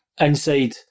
inside